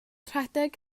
rhedeg